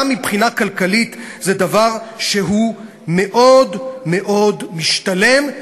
גם מבחינה כלכלית זה דבר מאוד מאוד משתלם.